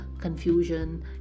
confusion